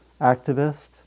activist